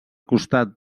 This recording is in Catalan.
costat